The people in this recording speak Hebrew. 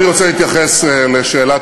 אני רוצה להתייחס לשאלת